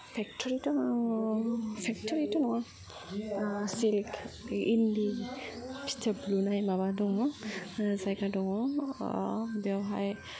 factory दङ factory दङ silk इन्दि फिथोबनिफ्राय माबा दङ जायगा दङ बेयावहाय